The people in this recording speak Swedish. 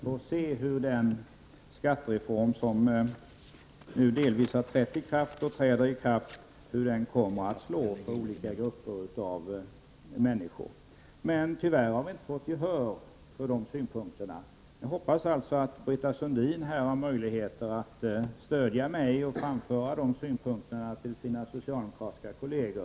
På det sättet kan man studera hur denna reform, som delvis har trätt i kraft och som successivt förverkligats, slår mot olika grupper av människor. Tyvärr har vi inte fått gehör för våra synpunkter. Jag hoppas att Britta Sundin har möjlighet att stödja mig i detta sammanhang och att hon vidareförmedlar mina synpunkter till sina socialdemokratiska kolleger.